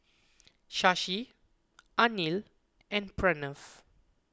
Shashi Anil and Pranav